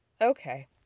Okay